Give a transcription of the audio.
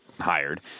hired